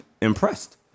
impressed